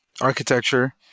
architecture